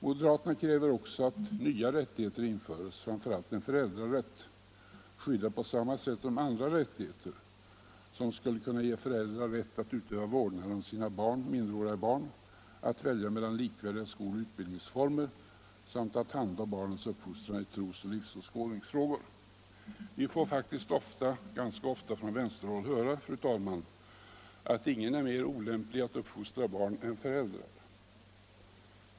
Moderaterna kräver även att nya rättigheter införs, framför allt en föräldrarätt, skyddad på samma sätt som andra rättigheter. Denna skulle kunna ge föräldrar rätt att utöva vårdnaden om sina minderåriga barn, att välja mellan likvärdiga skoloch utbildningsformer samt att handha barnens uppfostran i trosoch livsåskådningsfrågor. Vi får faktiskt ganska ofta från vänsterhåll höra, fru talman, att inga är mer olämpliga att uppfostra barn än föräldrarna.